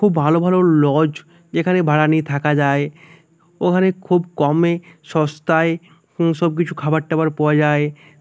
খুব ভালো ভালো লজ যেখানে ভাড়া নিয়ে থাকা যায় ওখানে খুব কমে সস্তায় সবকিছু খাবার টাবার পাওয়া যায়